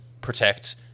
protect